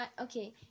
okay